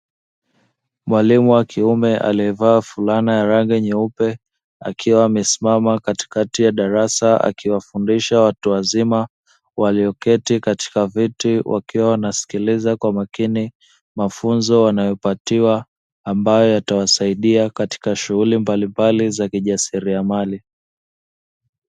Mwalimu wa kiume aliyevaa fulana ya rangi nyeupe akiwa wamesimama katikati ya darasa akiwafundisha watu wazima walioketi katika viti wakiwa wanasikiliza kwa makini mafunzo wanayopatiwa, ambayo yatawasaidia katika shughuli mbalimbali za ujasilia mali.